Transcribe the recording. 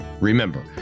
Remember